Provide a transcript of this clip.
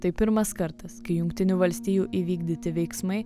tai pirmas kartas kai jungtinių valstijų įvykdyti veiksmai